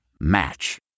Match